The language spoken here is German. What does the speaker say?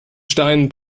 stein